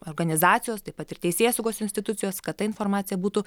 organizacijos taip pat ir teisėsaugos institucijos kad ta informacija būtų